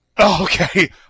Okay